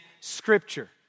scripture